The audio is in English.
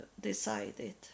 decided